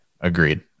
agreed